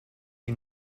you